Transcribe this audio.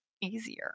easier